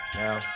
now